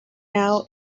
now